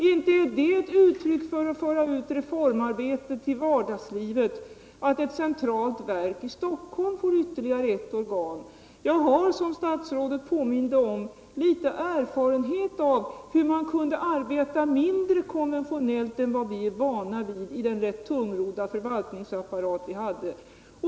Inte är det ett uttryck för att föra ut reformarbetet till vardagslivet att ett centralt verk i Stockholm får ytterligare ett råd! Jag har, som statsrådet påminde om, erfarenhet av hur man kan arbeta mindre konventionellt än vad vi är vana vid i den rätt tungrodda förvaltningsapparaten.